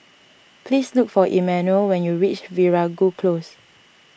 please look for Emmanuel when you reach Veeragoo Close